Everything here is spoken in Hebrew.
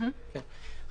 כן.